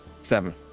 Seven